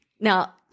now